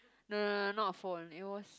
no no no no not a phone it was